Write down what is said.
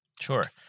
Sure